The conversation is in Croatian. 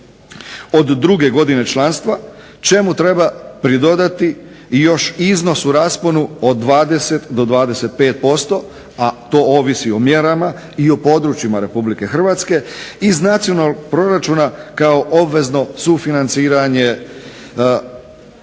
od druge godine članstva čemu treba pridodati još iznos u rasponu od 20 do 25%, a to ovisi o mjerama i o područjima RH iz nacionalnog proračuna kao obvezno sufinanciranje mjera